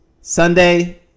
Sunday